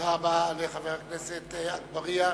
תודה רבה לחבר הכנסת אגבאריה.